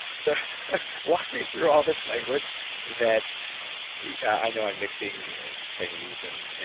so walk me through all this language that i know i'm mixing chinese and